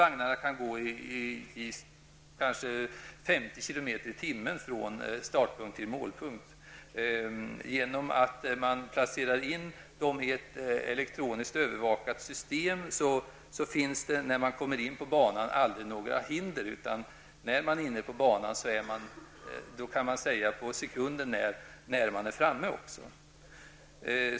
Vagnarna kan gå i kanske 50 km/tim från startpunkt till målpunkt. Genom att vagnarna placeras in i ett elektroniskt övervakat system finns det när de kommer in på banan aldrig några hinder, utan när man har kommit in på banan kan man säga på sekunden när man kommer att vara framme.